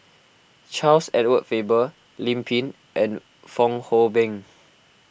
Charles Edward Faber Lim Pin and Fong Hoe Beng